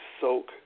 soak